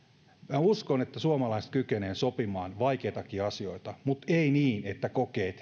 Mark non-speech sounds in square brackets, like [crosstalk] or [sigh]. minä uskon että suomalaiset kykenevät sopimaan vaikeitakin asioita mutta ei niin että he kokevat [unintelligible]